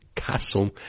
Castle